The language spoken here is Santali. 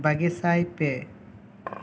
ᱵᱟᱜᱮᱥᱟᱭ ᱯᱮ